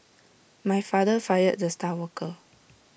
my father fired the star worker